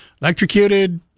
electrocuted